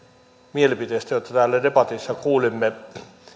mielipiteestä jonka täällä debatissa kuulimme